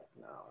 No